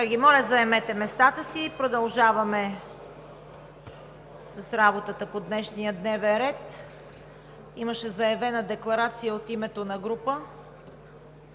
Колеги, моля да заемете местата си. Продължаваме с работата по днешния дневен ред. Имаше заявена декларация от името на група.